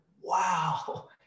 wow